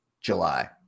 July